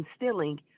instilling